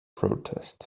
protest